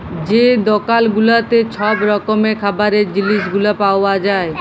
যে দকাল গুলাতে ছব রকমের খাবারের জিলিস গুলা পাউয়া যায়